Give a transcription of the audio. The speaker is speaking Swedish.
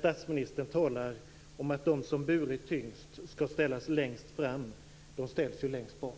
Statsministern säger ju att de som har burit den tyngsta bördan skall ställas längst fram. Nu ställs de ju längst bak!